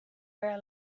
were